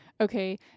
okay